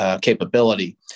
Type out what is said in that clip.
capability